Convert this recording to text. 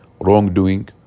wrongdoing